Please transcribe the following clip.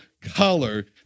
color